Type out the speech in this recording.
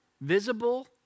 visible